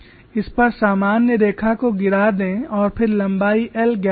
इस पर सामान्य रेखा को गिरा दें और फिर लंबाई l ज्ञात करें